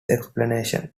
explanation